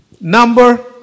Number